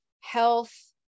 health